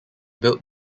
built